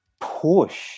push